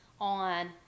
on